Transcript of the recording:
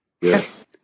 Yes